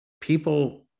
people